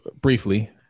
briefly